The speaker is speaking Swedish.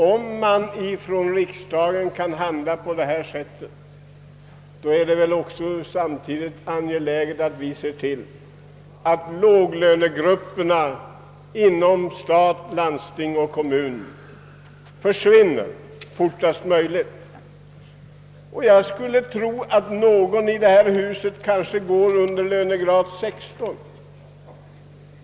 Om riksdagen bifaller den, måste riksdagen samtidigt se till att låglönegrupperna inom stat, landsting och kommun försvinner fortast möjligt. Jag skulle tro att någon i detta hus fortfarande har lönegrad under 16.